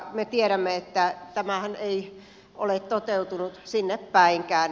me tiedämme että tämähän ei ole toteutunut sinne päinkään